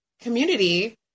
community